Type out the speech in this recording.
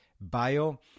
bio